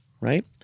Right